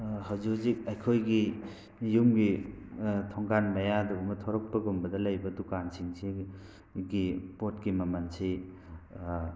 ꯍꯧꯖꯤꯛ ꯍꯧꯖꯤꯛ ꯑꯩꯈꯣꯏꯒꯤ ꯌꯨꯝꯒꯤ ꯊꯣꯡꯒꯥꯟ ꯃꯌꯥꯗꯒꯨꯝꯕ ꯊꯣꯔꯛꯄꯗꯒꯨꯝꯕꯗ ꯂꯩꯕ ꯗꯨꯀꯥꯟꯁꯤꯡꯁꯤꯒꯤ ꯄꯣꯠꯀꯤ ꯃꯃꯜꯁꯤ